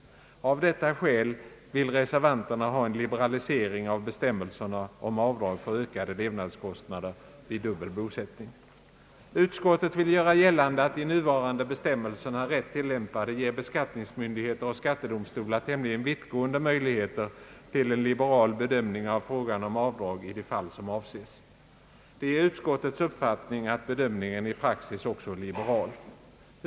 Av detta skäl vill reservanterna ha en liberalisering av bestämmelserna om avdrag för ökade levnadskostnader vid dubbel bosättning. Utskottet vill göra gällande att de nuvarande bestämmelserna, rätt tillämpade, ger beskattningsmyndigheten och skattedomstolarna tämligen vittgående möjligheter till en liberal bedömning av frågan om avdrag i de fall som avses. Det är utskottets uppfattning att bedömningen i praxis också är liberal.